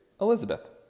Elizabeth